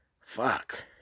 fuck